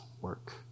work